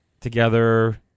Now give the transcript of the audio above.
together